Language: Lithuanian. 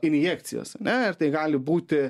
injekcijos ane ir tai gali būti